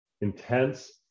intense